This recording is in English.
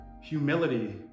humility